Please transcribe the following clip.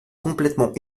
complètement